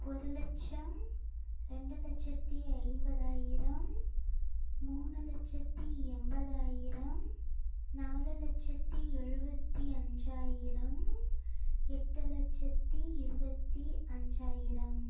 ஒரு லட்சம் ரெண்டு லட்சத்தி ஐம்பதாயிரம் மூணு லட்சத்தி எண்பதாயிரம் நாலு லட்சத்தி எழுபத்தி அஞ்சாயிரம் எட்டு லட்சத்தி இருபத்தி அஞ்சாயிரம்